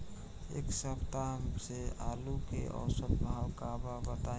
एक सप्ताह से आलू के औसत भाव का बा बताई?